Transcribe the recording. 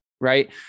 Right